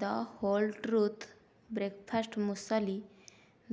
the whole truth breakfast muesli